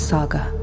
Saga